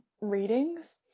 readings